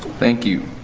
thank you.